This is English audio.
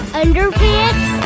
underpants